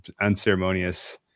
unceremonious